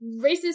racist